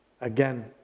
again